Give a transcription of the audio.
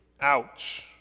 ouch